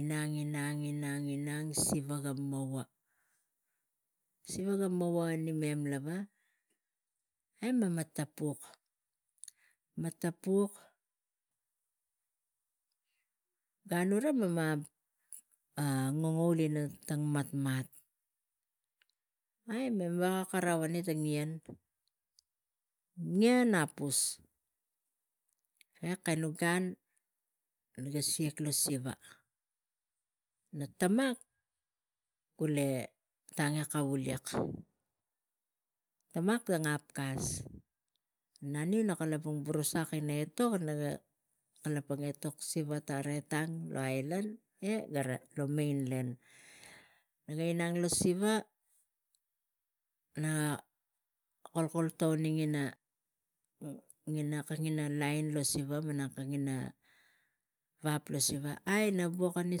Inang siva ga mova siva mova anamem lava emena tapuk, mema tapuk gan uva mena ngangaul ina ta matmat eh mani weka karau pana tang ngien, ngien apus eh kemi gan naga siak lo siva na tamak gul eh tang eh kavulik tamak ga hapkas naniu nak kalapang burusak ina etok naga kalapang etok siva tara etang lo kuruvusa eh gave lo siva lavu naga inang lo siva naga kul kula tauni kak ngina vab lo siva malang tangina vab lo siva aii buki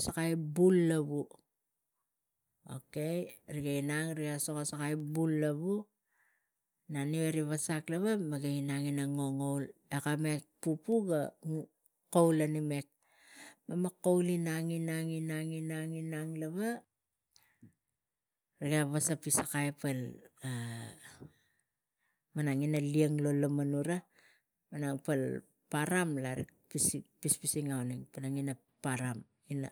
sakai bul lavu naniu eh ri wasak naga inang ina ngangaul eh kamek tivuk ga kaul ana mek mema kaul inang lava mema sivarani sakai pal malang ngina liang lo laman uva malang pal parani la rak pispising auneng pana ngina param ila.